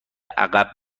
عقب